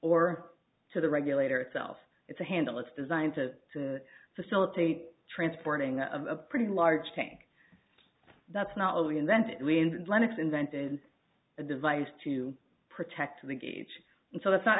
or to the regulator itself it's a handle it's designed to to facilitate transporting a pretty large tank that's not loading and then we end lennox invented a device to protect the gauge and so that's not